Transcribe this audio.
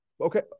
Okay